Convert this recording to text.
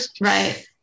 right